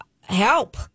Help